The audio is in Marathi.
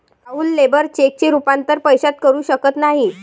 राहुल लेबर चेकचे रूपांतर पैशात करू शकत नाही